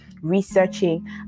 researching